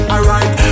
Alright